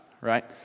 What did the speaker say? right